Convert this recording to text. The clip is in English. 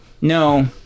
No